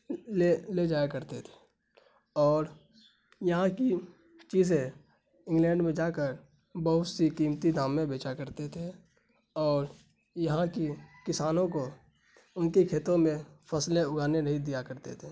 لے لے جایا کرتے تھے اور یہاں کی چیزیں انگلینڈ میں جا کر بہت سی قیمتی دام میں بیچا کرتے تھے اور یہاں کی کسانوں کو ان کی کھیتوں میں فصلیں اگانے نہیں دیا کرتے تھے